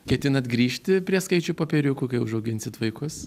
ketinat grįžti prie skaičių popieriukų kai užauginsit vaikus